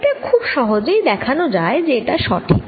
এটা খুব সহজেই দেখানো যায় যে এটি সঠিক